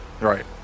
Right